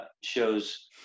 shows